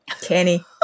Kenny